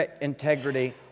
integrity